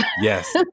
Yes